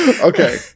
Okay